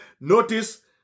notice